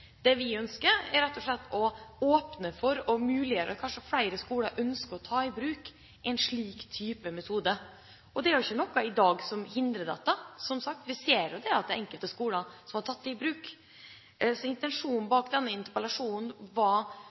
Vi ønsker rett og slett å åpne for muligheten, slik at kanskje flere skoler ønsker å ta i bruk en slik metode. Det er som sagt ikke noe i dag som hindrer det. Vi ser at det er enkelte skoler som har tatt dette i bruk. Intensjonen med denne interpellasjonen